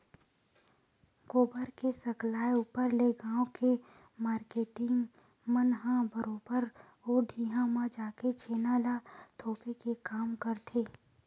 गोबर के सकलाय ऊपर ले गाँव के मारकेटिंग मन ह बरोबर ओ ढिहाँ म जाके छेना ल थोपे के काम करथे